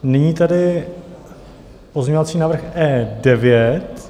Nyní tedy pozměňovací návrh E9.